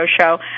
show